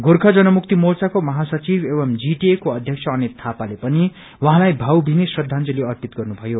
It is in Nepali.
गोर्खा जन मुक्ति मोर्चाको महासचिव एवं जीटीए को अष्यक्ष अनित यापाले पनि उहाँलाई भावभिनी श्रद्धांजली अर्पित गर्नु भयो